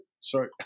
sorry